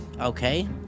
Okay